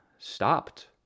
Stopped